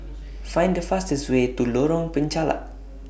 Find The fastest Way to Lorong Penchalak